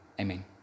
Amen